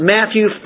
Matthew